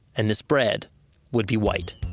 and this bread would be white